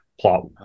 plot